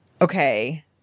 okay